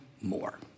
more